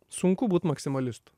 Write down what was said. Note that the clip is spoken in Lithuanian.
sunku būt maksimalistu